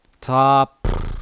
top